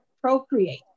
procreate